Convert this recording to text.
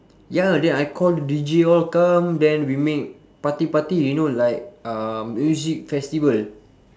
ya then I call the D_J all come then we make party party you know like uh music festival